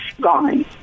gone